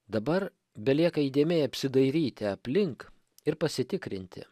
dabar belieka įdėmiai apsidairyti aplink ir pasitikrinti